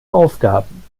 aufgaben